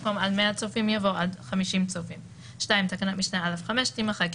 במקום "עד 100 צופים" יבוא "עד 50 צופים"; (2) תקנה משנה (א5) תימחק.